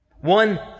One